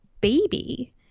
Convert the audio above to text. baby